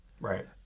Right